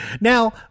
Now